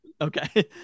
Okay